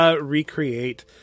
recreate